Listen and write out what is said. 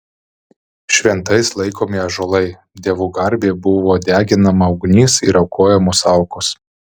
šventais laikomi ąžuolai dievų garbei buvo deginama ugnis ir aukojamos aukos